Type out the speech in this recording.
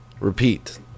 Repeat